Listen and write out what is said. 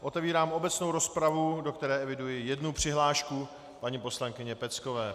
Otevírám obecnou rozpravu, do které eviduji jednu přihlášku paní poslankyně Peckové.